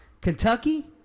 Kentucky